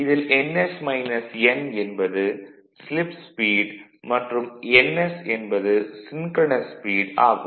இதில் என்பது slip speed மற்றும் ns என்பது சின்க்ரனஸ் ஸ்பீடு ஆகும்